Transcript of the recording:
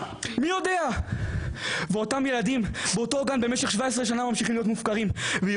ילדים באותו גן ממשיכים להיות מופקרים רק